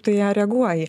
tu ją reaguoji